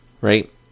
right